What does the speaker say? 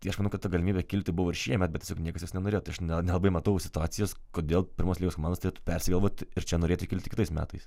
tai aš manau kad ta galimybė kilti buvo ir šiemet bet tiesiog niekas jos nenorėjo tai aš ne nelabai matau situacijos kodėl pirmos lygos komandos turėtų persigalvoti ir čia norėti kilti ir kitais metais